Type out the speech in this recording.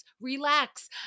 Relax